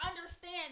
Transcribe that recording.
understand